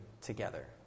together